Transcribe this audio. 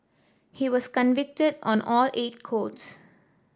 he was convicted on all eight courts